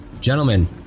Gentlemen